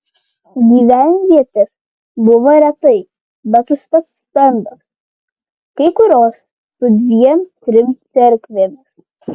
gyvenvietės buvo retai bet užtat stambios kai kurios su dviem trim cerkvėmis